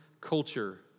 culture